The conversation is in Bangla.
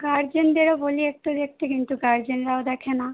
গাৰ্জেনদেরও বলি একটু দেখতে কিন্তু গার্জেনরাও দেখে না